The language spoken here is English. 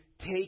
take